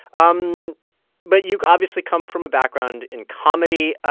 um but you obviously come from a background in comedy,